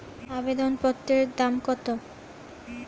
আবেদন পত্রের দাম কত?